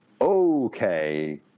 okay